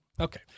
Okay